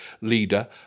leader